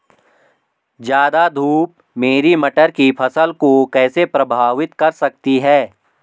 ज़्यादा धूप मेरी मटर की फसल को कैसे प्रभावित कर सकती है?